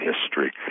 history